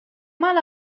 mal